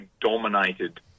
dominated